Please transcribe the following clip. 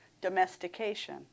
domestication